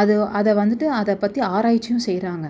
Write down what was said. அது அதை வந்துட்டு அதை பற்றி ஆராய்ச்சியும் செய்கிறாங்க